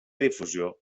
difusió